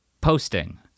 posting